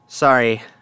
Sorry